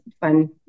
fun